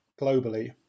globally